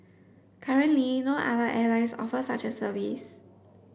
currently no other airlines offer such a service